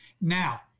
Now